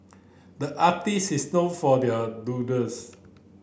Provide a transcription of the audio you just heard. the artists is known for there doodles